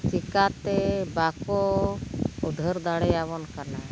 ᱪᱮᱠᱟᱛᱮ ᱵᱟᱠᱚ ᱩᱫᱷᱟᱹᱨ ᱫᱟᱲᱮ ᱟᱵᱚᱱ ᱠᱟᱱᱟ